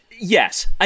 yes